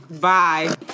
Bye